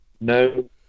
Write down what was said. no